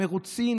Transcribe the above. מרוצים,